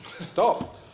stop